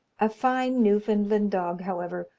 a fine newfoundland dog, however,